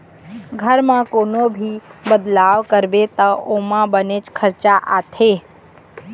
घर म कोनो भी बदलाव करबे त ओमा बनेच खरचा आथे